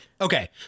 Okay